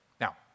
Now